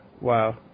Wow